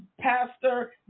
Pastor